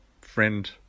friend